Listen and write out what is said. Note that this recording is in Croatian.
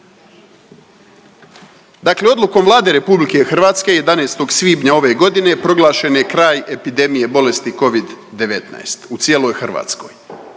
Dakle, odlukom Vlade RH 11. svibnja ove godine proglašen je kraj epidemije bolesti Covid-19 u cijeloj Hrvatskoj